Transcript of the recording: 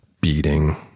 beating